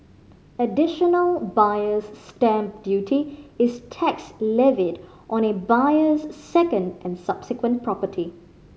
Additional Buyer's Stamp Duty is tax levied on a buyer's second and subsequent property